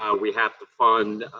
um we have to fund